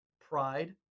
Pride